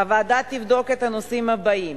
הוועדה תבדוק את הנושאים הבאים: